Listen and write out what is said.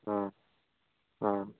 অ অ